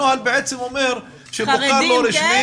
הנוהל בעצם אומר שמוכר לא רשמי,